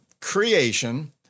creation